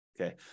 Okay